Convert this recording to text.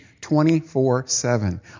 24-7